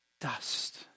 dust